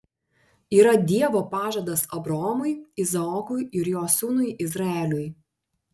yra dievo pažadas abraomui izaokui ir jo sūnui izraeliui